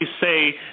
say